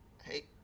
Hey